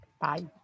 Bye